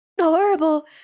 horrible